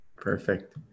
perfect